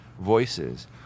voices